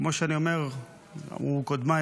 כמו שאני אומר אמרו קודמיי,